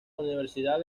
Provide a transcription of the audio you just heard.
universidad